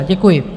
Děkuji.